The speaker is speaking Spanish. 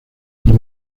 con